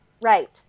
right